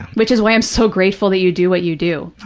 which is why i'm so grateful that you do what you do.